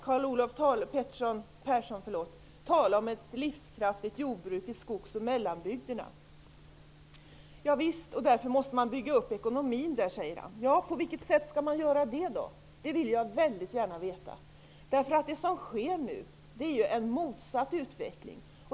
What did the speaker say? Carl Olov Persson talar om att det behövs ett livskraftigt jordbruk i skogs och mellanbygderna, och att man därför måste bygga upp ekonomin där. På vilket sätt skall man göra det? Det vill jag gärna veta. Det som sker nu är en motsatt utveckling.